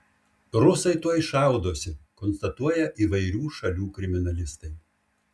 rusai tuoj šaudosi konstatuoja įvairių šalių kriminalistai